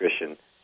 nutrition